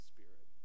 Spirit